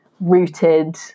rooted